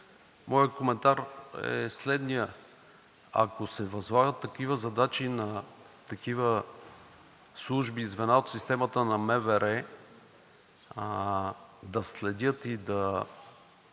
Моят коментар е следният. Ако се възлагат такива задачи на такива служби и звена от системата на МВР да следят и да